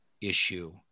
issue